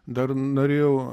dar norėjau